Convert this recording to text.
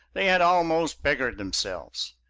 they had almost beggared themselves.